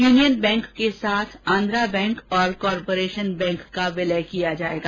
union Bank के साथ Andhra Bank और कार्पोरेशन बैंक का विलय किया जाएगा